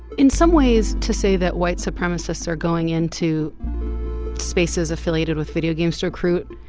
in some ways to say that white supremacists are going into spaces affiliated with videogames to recruit.